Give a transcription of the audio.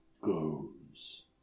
goes